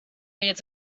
need